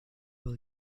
will